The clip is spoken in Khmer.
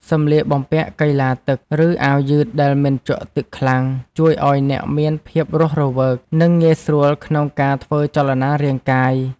សម្លៀកបំពាក់កីឡាទឹក ឬអាវយឺតដែលមិនជក់ទឹកខ្លាំង ជួយឱ្យអ្នកមានភាពរស់រវើក និងងាយស្រួលក្នុងការធ្វើចលនារាងកាយ។